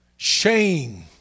Shame